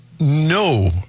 no